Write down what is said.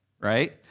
right